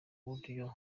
buryo